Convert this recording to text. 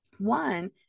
One